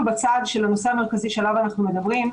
בצד של הנושא המרכזי שעליו אנחנו מדברים,